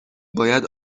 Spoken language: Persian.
باید